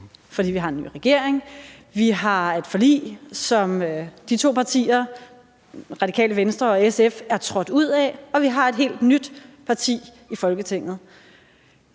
fordi vi har en ny regering, vi har et forlig, som to partier – Radikale Venstre og SF – er trådt ud af, og vi har et helt nyt parti i Folketinget.